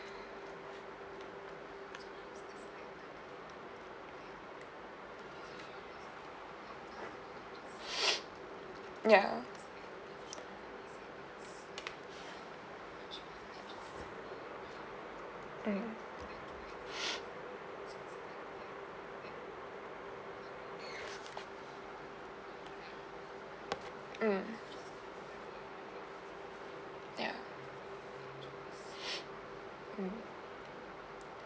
mm ya mm mm ya mm